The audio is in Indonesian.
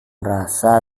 merasa